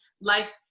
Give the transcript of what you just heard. life